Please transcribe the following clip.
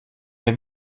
herr